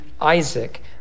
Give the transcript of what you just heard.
Isaac